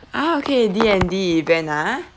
ah okay D and D event ah